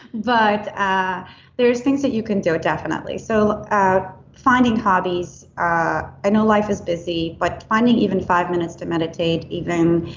but ah there's things that you can do definitely. so ah finding hobbies, i know life is busy, but finding even five minutes to meditate even